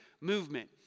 movement